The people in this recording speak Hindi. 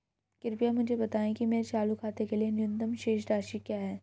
कृपया मुझे बताएं कि मेरे चालू खाते के लिए न्यूनतम शेष राशि क्या है